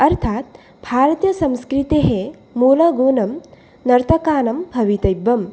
अर्थात् भारतीयसंस्कृतेः मूलगुणं नर्तकानं भवितव्यं